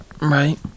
right